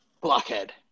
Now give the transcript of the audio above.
Blockhead